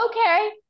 Okay